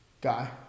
guy